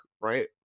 right